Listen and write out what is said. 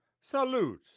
Salute